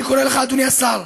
אני קורא לך, אדוני השר: